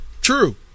True